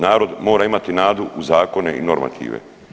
Narod mora imati nadu u zakone i normative.